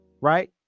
right